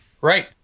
Right